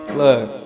look